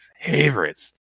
favorites